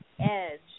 edge